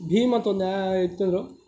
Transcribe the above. ಭೀಮ್ ಅಂತ ಒಂದ್ ಆ್ಯಪ್ ಇತ್ತು